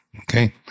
okay